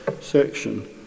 section